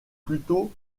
plutôt